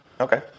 Okay